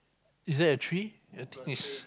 is there a tree I think is